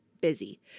busy